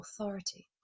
authority